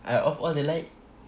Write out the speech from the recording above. I off all the light